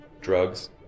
drugs